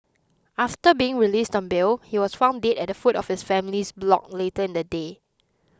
after being released on bail he was found dead at the foot of his family's block later in the day